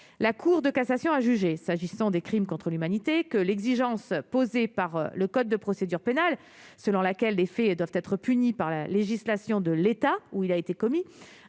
la Cour de cassation a jugé, s'agissant des crimes contre l'humanité que l'exigence posée par le code de procédure pénale, selon laquelle des faits et doivent être punis par la législation de l'état où il a été commis